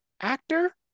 actor